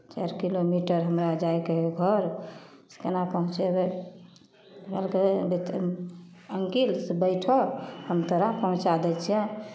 चारि किलोमीटर हमरा जाइके हइ घर से केना पहुँचेबै कहलकै अंकिल से बैठह हम तोरा पहुँचा दै छियह